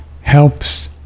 helps